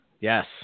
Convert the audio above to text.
yes